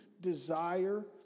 desire